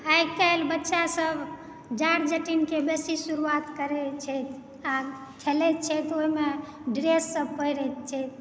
आइ काल्हि बच्चासभ जाट जटिनकऽ बेसी शुरुआत करय छथि आ खेलय छथि ओहिमे ड्रेससभ पहिरय छै